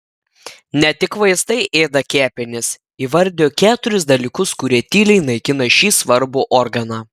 ne tik vaistai ėda kepenis įvardijo keturis dalykus kurie tyliai naikina šį svarbų organą